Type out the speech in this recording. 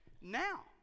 Now